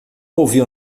ouviu